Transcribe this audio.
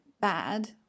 bad